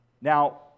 Now